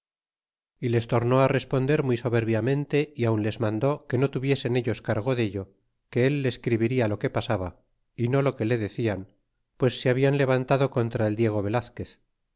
y les tornó responder muy soberbiamente y aun les mandó que no tuviesen ellos cargo dello que él le escribirla lo que pasaba y no lo que le decian pues se habien levantado contra el diego velazquez